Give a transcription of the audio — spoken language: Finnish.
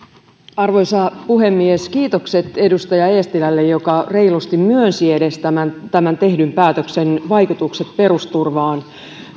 arvoisa puhemies kiitokset edustaja eestilälle joka edes reilusti myönsi tämän tehdyn päätöksen vaikutukset perusturvaan etenkin